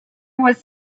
was